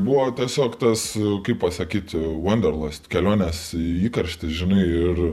buvo tiesiog tas kaip pasakyt vanderlast kelionės įkarštis žinai ir